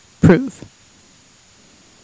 prove